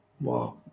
Wow